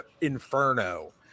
inferno